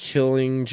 Killing